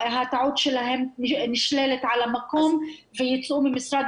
שהאזרחות שלהם נשללת על המקום ויצאו ממשרד